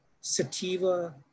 sativa